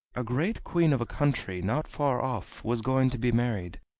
a great queen of a country not far off was going to be married,